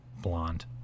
blonde